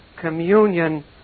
communion